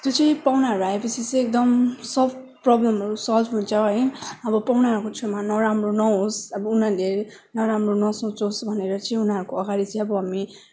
त्यो चाहिँ पाहुनाहरू आएपछि चाहिँ एकदम सब प्रब्लमहरू सल्भ हुन्छ है अब पाहुनाहरूको छेउमा नराम्रो नहोस् अब उनीहरूले नराम्रो नसोचोस् भनेर चाहिँ उनीहरूको अगाडि चाहिँ हामी